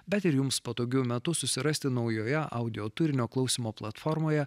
bet ir jums patogiu metu susirasti naujoje audioturinio klausymo platformoje